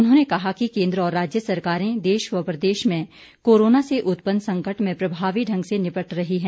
उन्होंने कहा कि केन्द्र और राज्य सरकारें देश व प्रदेश में कोरोना से उत्पन्न संकट में प्रभावी ढंग से निपट रही है